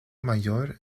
mayor